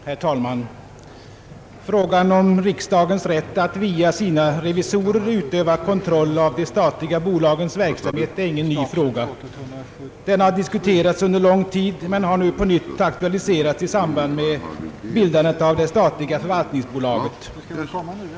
Herr talman! Frågan om riksdagens rätt att via sina revisorer utöva kontroll av de statliga bolagens verksamhet är ingen ny fråga. Den har diskuterats under lång tid men har nu på nytt aktualiserats i samband med bildandet av det statliga förvaltningsbolaget.